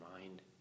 mind